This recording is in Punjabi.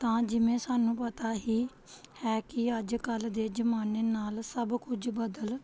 ਤਾਂ ਜਿਵੇਂ ਸਾਨੂੰ ਪਤਾ ਹੀ ਹੈ ਕਿ ਅੱਜ ਕੱਲ੍ਹ ਦੇ ਜ਼ਮਾਨੇ ਨਾਲ ਸਭ ਕੁਝ ਬਦਲ